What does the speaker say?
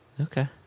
Okay